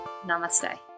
Namaste